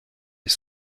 les